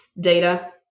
Data